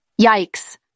Yikes